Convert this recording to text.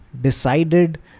decided